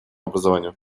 образованию